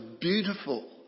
beautiful